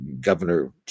Governor